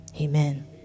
Amen